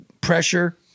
pressure